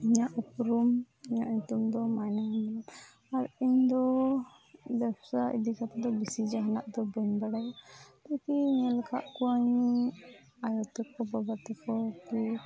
ᱤᱧᱟᱹᱜ ᱩᱯᱨᱩᱢ ᱤᱧᱟᱹᱜ ᱧᱩᱛᱩᱢ ᱫᱚ ᱟᱨ ᱤᱧ ᱫᱚ ᱵᱮᱵᱥᱟ ᱤᱫᱤ ᱠᱟᱛᱮᱫ ᱵᱤᱥᱤ ᱡᱟᱦᱟᱱᱟᱜ ᱫᱚ ᱵᱟᱹᱧ ᱵᱟᱲᱟᱭᱟ ᱛᱚᱵᱮᱧ ᱧᱚᱞ ᱟᱠᱟᱫ ᱠᱚᱣᱟᱹᱧ ᱟᱭᱩ ᱛᱮᱠᱚ ᱵᱟᱵᱟ ᱛᱮᱠᱚ ᱠᱚ